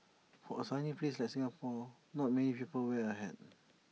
for A sunny place like Singapore not many people wear A hat